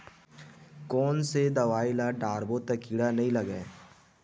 कोन से दवाई ल डारबो त कीड़ा नहीं लगय?